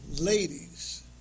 ladies